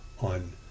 on